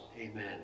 Amen